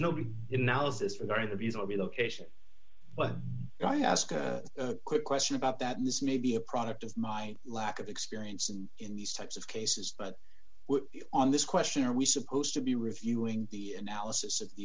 nobody in now is this are going to be easily relocation but i ask a quick question about that this may be a product of my lack of experience and in these types of cases but on this question are we supposed to be reviewing the analysis of the